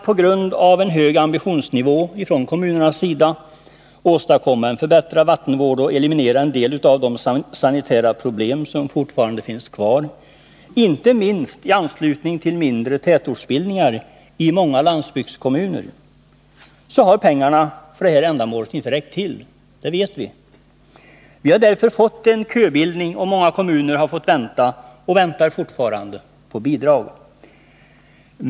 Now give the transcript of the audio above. På grund av en hög ambitionsnivå i kommunerna för att åstadkomma en bättre vattenvård och eliminering av en del av de sanitära problem som fortfarande finns kvar —- inte minst i anslutning till mindre tätortsbildningar i många landsbygdskommuner — har pengarna för det här ändamålet inte räckt till. Det vet vi. Därför har vi fått en köbildning, och många kommuner har fått vänta och väntar fortfarande på bidrag.